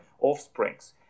offsprings